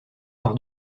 par